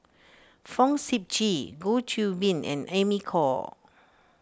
Fong Sip Chee Goh Qiu Bin and Amy Khor